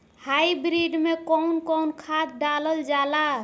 Hybrid में कउन कउन खाद डालल जाला?